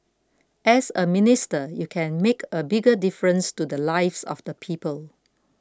as a minister you can make a bigger difference to the lives of the people